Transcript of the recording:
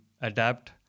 adapt